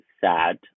sad